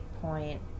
point